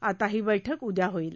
आता ही बैठक उदया होईल